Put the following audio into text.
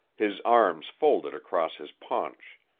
his arms folded across his paunch.